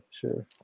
Sure